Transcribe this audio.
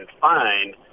find